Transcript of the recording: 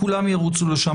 כולם ירוצו לשם,